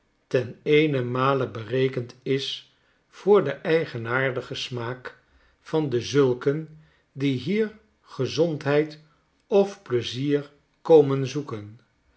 ten eenenmale berekend is voor den eigenaardigen smaak van dezulken die hier gezondheid of pleizier komen zoeken